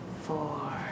four